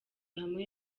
hamwe